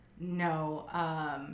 No